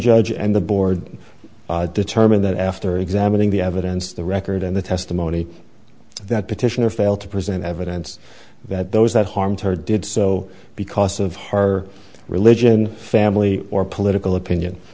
judge and the board determined that after examining the evidence the record and the testimony that petitioner failed to present evidence that those that harmed her did so because of her religion family or political opinion